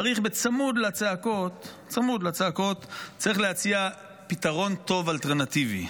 צמוד לצעקות צריך להציע פתרון טוב אלטרנטיבי.